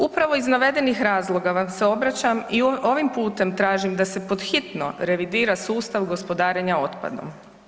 Upravo iz navedenih razloga vam se obraćam i ovim putem tražim da se pod hitno revidira sustav gospodarenja otpadom.